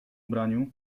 ubraniu